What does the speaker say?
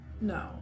No